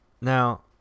now